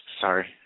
Sorry